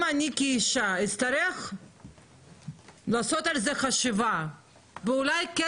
אם אני כאישה אצטרך לעשות על זה חשיבה ואולי כן